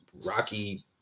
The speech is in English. Rocky